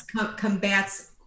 combats